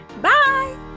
bye